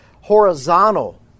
horizontal